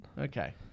Okay